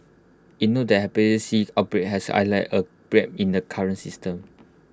IT noted that Hepatitis C outbreak has highlighted A bred in the current system